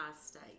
State